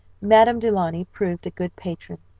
madame du launy proved a good patron.